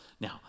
Now